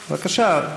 בבקשה.